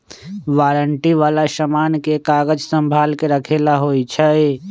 warranty वाला समान के कागज संभाल के रखे ला होई छई